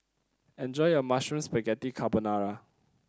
enjoy your Mushroom Spaghetti Carbonara